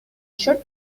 short